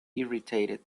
irritated